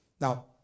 Now